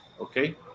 okay